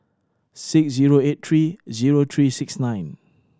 six zero eight three zero three six nine